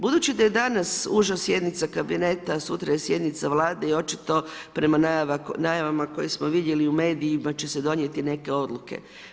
Budući da je danas uža sjednica kabineta i sutra je sjednica Vlade i očito prema najavama koje smo vidjeli u medijima će se donijeti neke odluke.